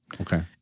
Okay